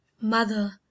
mother